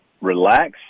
relax